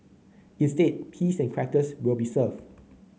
instead peas and crackers will be served